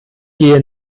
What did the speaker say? gehe